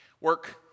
work